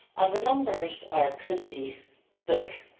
and the numbers are pretty big.